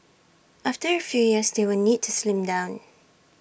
after A few years they will need to slim down